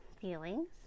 feelings